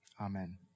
Amen